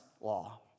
law